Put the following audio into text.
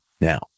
Now